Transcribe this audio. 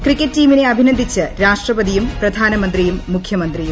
cricket ടീമിനെ അഭിനന്ദിച്ച് രാഷ്ട്രപതിയും പ്രധാനമന്ത്രിയും മുഖ്യമന്ത്രിയും